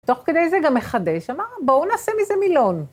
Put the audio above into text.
תוך כדי זה גם מחדש, אמר, בואו נעשה מזה מילון.